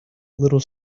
little